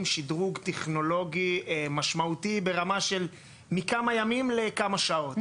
שדרוג טכנולוגי משמעותי ברמה של מכמה ימים לכמה שעות.